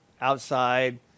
outside